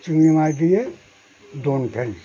চিংড়ি মাছ দিয়ে দোন ফেলি